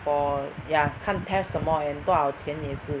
for ya 看 theft 什么 and 多少钱也是